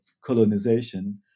colonization